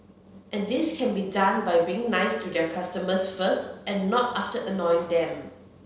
and this can be done by being nice to their customers first and not after annoying them